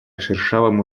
шершавому